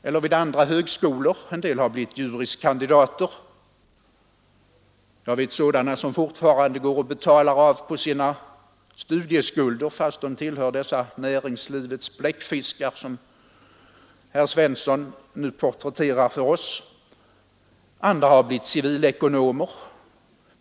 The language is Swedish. En del blev juris kandidater, och jag vet sådana som fortfarande betalar av på sina studieskulder, trots att de tillhör dessa näringslivets bläckfiskar som herr Svensson i Malmö porträtterat för oss. Andra blev civilekonomer.